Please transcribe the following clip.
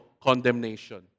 condemnation